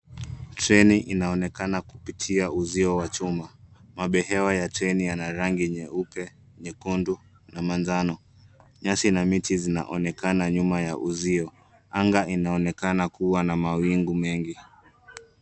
Treni inaonekana kupitia uzio wa chuma. Mabehewa ya treni yanarangi nyeupe, nyekundu na manjano. Nyasi na miti zinaonekana nyuma ya uzio. Anga inaonekana kuwa na mawingu mengi.